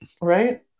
Right